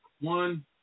one